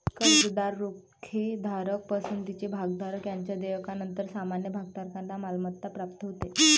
कर्जदार, रोखेधारक, पसंतीचे भागधारक यांच्या देयकानंतर सामान्य भागधारकांना मालमत्ता प्राप्त होते